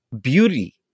beauty